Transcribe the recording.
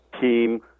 team